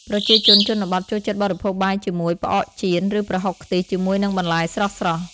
ប្រជាជនជនបទចូលចិត្តបរិភោគបាយជាមួយ ផ្អកចៀន ឬប្រហុកខ្ទិះជាមួយនឹងបន្លែស្រស់ៗ។